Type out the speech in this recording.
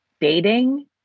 dating